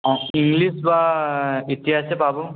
English বা ইতিহাসে পাব